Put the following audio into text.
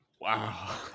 wow